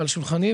על שולחני,